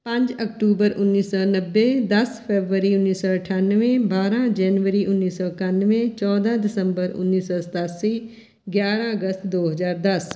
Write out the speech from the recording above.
ਪੰਜ ਅਕਤੂਬਰ ਉੱਨੀ ਸੌ ਨੱਬੇ ਦਸ ਫਰਵਰੀ ਉੱਨੀ ਸੌ ਅਠਾਨਵੇਂ ਬਾਰ੍ਹਾਂ ਜਨਵਰੀ ਉੱਨੀ ਸੌ ਇਕਾਨਵੇਂ ਚੌਦ੍ਹਾਂ ਦਸੰਬਰ ਉੱਨੀ ਸੌ ਸਤਾਸੀ ਗਿਆਰ੍ਹਾਂ ਅਗਸਤ ਦੋ ਹਜ਼ਾਰ ਦਸ